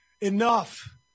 Enough